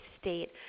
state